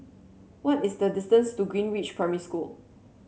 what is the distance to Greenridge Primary School